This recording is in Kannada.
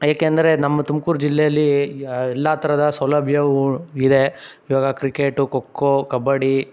ಏಕೆಂದರೆ ನಮ್ಮ ತುಮ್ಕೂರು ಜಿಲ್ಲೆಯಲ್ಲಿ ಯ ಎಲ್ಲ ಥರದ ಸೌಲಭ್ಯವೂ ಇದೆ ಇವಾಗ ಕ್ರಿಕೆಟು ಖೊ ಖೋ ಕಬ್ಬಡ್ಡಿ